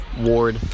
Ward